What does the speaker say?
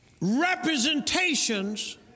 representations